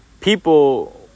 people